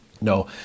No